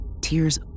Tears